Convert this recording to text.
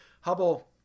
Hubble